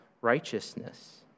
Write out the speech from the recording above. righteousness